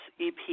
EP